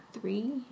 Three